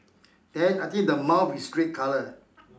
then I think the mouth is red color